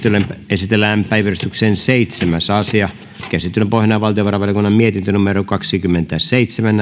esitellään päiväjärjestyksen seitsemäs asia käsittelyn pohjana on valtiovarainvaliokunnan mietintö kaksikymmentäseitsemän